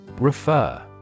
Refer